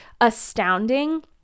astounding